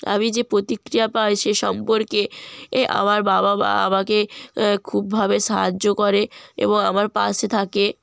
আমি যে প্রতিক্রিয়া পাই সে সম্পর্কে এ আমার বাবা মা আমাকে খুবভাবে সাহায্য করে এবং আমার পাশে থাকে